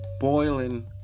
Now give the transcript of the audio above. boiling